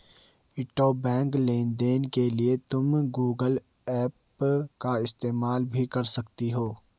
intrabank लेन देन के लिए तुम गूगल पे का इस्तेमाल भी कर सकती हो